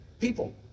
people